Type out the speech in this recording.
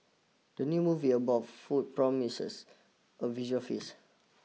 the new movie about food promises a visual feast